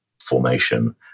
formation